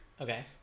Okay